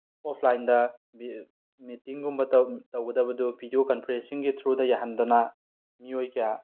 ꯑꯣꯐꯂꯥꯏꯟꯗ ꯃꯤꯇꯤꯡꯒꯨꯝꯕ ꯇꯧꯒꯗꯕꯗꯨ ꯕꯤꯗꯤꯑꯣ ꯀꯟꯐ꯭ꯔꯦꯟꯁꯤꯡꯒꯤ ꯊ꯭ꯔꯨꯗ ꯌꯥꯍꯟꯗꯅ ꯃꯤꯑꯣꯏ ꯀꯌꯥ